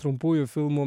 trumpųjų filmų